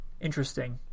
Interesting